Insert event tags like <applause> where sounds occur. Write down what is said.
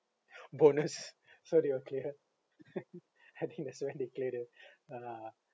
bonus <laughs> so they will clear <laughs> I think that's when they clear the uh